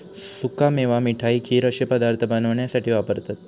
सुका मेवा मिठाई, खीर अश्ये पदार्थ बनवण्यासाठी वापरतत